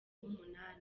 umunani